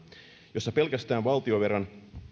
jossa pelkästään valtionvelan